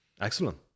excellent